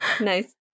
Nice